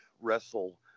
wrestle